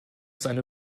seine